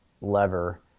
lever